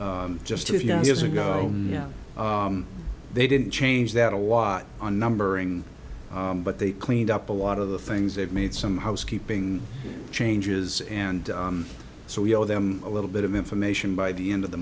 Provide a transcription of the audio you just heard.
just a few years ago now they didn't change that a lot on numbering but they cleaned up a lot of the things they've made some housekeeping changes and so we owe them a little bit of information by the end of the